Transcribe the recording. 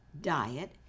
diet